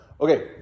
Okay